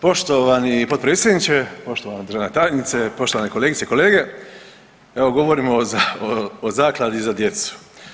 Poštovani potpredsjedniče, poštovana državna tajnice, poštovane kolegice i kolege evo govorimo o zakladi za djecu.